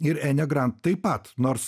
ir enė grant taip pat nors